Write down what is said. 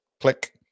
Click